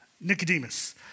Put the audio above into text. Nicodemus